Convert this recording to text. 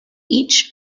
each